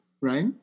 right